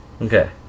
Okay